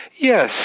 Yes